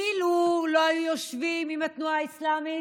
אילו לא היו יושבים עם התנועה האסלאמית,